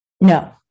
No